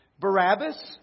Barabbas